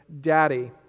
daddy